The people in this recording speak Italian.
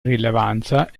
rilevanza